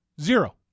Zero